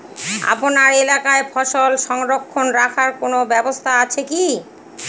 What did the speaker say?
আপনার এলাকায় ফসল সংরক্ষণ রাখার কোন ব্যাবস্থা আছে কি?